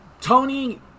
Tony